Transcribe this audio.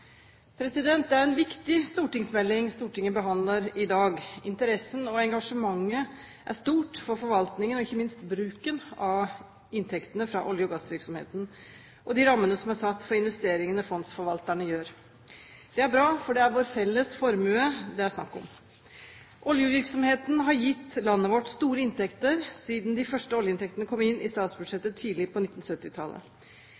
Det er en viktig stortingsmelding Stortinget behandler i dag. Interessen og engasjementet er stort for forvaltningen og ikke minst bruken av inntektene fra olje- og gassvirksomheten og de rammene som er satt for investeringene fondsforvalterne gjør. Det er bra, for det er vår felles formue det er snakk om. Oljevirksomheten har gitt landet vårt store inntekter siden de første oljeinntektene kom inn i